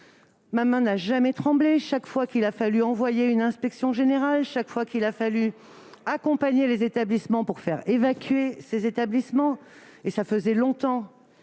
Ma main n'a jamais tremblé, chaque fois qu'il a fallu envoyer une inspection générale, chaque fois qu'il a fallu aider des établissements à se faire évacuer. Cela faisait longtemps,